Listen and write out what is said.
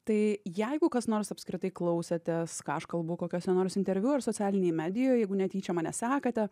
tai jeigu kas nors apskritai klausotės ką aš kalbu kokiuose nors interviu ar socialinėj medijoj jeigu netyčia mane sekate